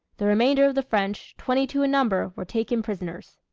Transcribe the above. the remainder of the french, twenty-two in number, were taken prisoners.